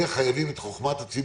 לשם זה חייבים את חוכמת הציבור,